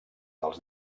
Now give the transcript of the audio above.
dels